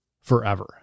forever